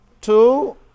Two